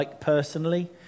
personally